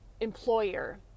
employer